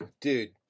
Dude